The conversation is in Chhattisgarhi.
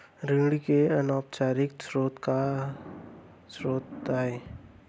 ऋण के अनौपचारिक स्रोत का आय?